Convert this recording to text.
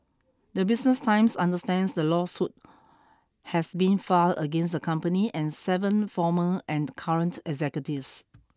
the Business Times understands the lawsuit has been filed against the company and seven former and current executives